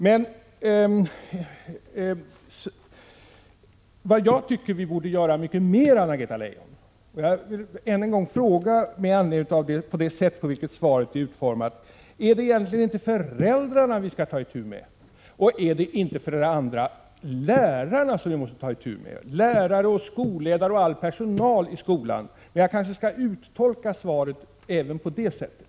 Med anledning av det sätt på vilket svaret är utformat vill jag fråga Anna-Greta Leijon: Är det egentligen inte för det första föräldrarna vi skall ta itu med? Och är det inte för det andra lärarna som vi måste ta itu med — lärare, skolledare och all personal i skolan? Jag kanske skall uttolka svaret även på det sättet.